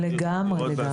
לגמרי.